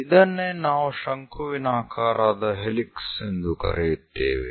ಇದನ್ನೇ ನಾವು ಶಂಕುವಿನಾಕಾರದ ಹೆಲಿಕ್ಸ್ ಎಂದು ಕರೆಯುತ್ತೇವೆ